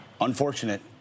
unfortunate